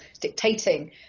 dictating